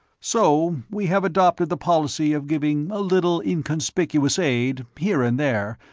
so we have adopted the policy of giving a little inconspicuous aid, here and there,